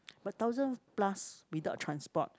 but thousand plus without transport